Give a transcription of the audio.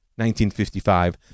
1955